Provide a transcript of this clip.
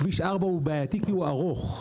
כביש 4 בעייתי כי הוא ארוך.